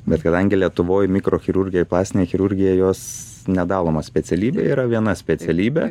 bet kadangi lietuvoj mikrochirurgija ir plastinė chirurgija jos nedaloma specialybė yra viena specialybė